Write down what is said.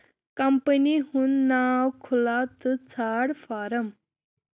company ہُند ناو کھلاو تہٕ ژھانٛڈ فارم